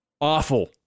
Awful